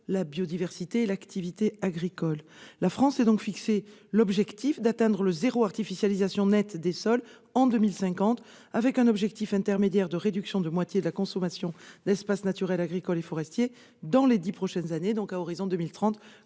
la biodiversité et l'activité agricole. La France s'est donc fixé l'objectif d'atteindre le zéro artificialisation nette des sols en 2050 avec un objectif intermédiaire de réduction de moitié de la consommation d'espaces naturels, agricoles et forestiers dans les dix prochaines années, donc à l'horizon 2030,